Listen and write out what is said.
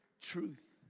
truth